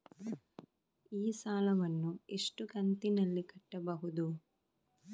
ಈ ಸಾಲವನ್ನು ಎಷ್ಟು ಕಂತಿನಲ್ಲಿ ಕಟ್ಟಬಹುದು?